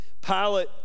Pilate